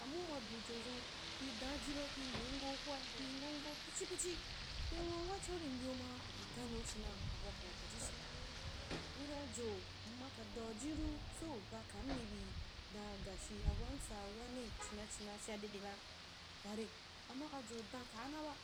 Amma uma dujo zun, kui danajiba kui ndei ngo hwai kui ngongo pichi pichi kui ngo ngoa chia uri mbyau ma, uri ganiu chinyau abu a kuna danjii chiu’aba, uri dan jo seu ba kami bi dan gashiabun htsa wane china china chia dedeba, bare, amma dank aa naba,